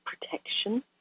protection